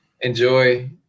enjoy